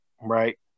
right